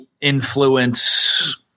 influence